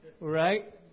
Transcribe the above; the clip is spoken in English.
Right